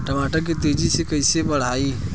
टमाटर के तेजी से कइसे बढ़ाई?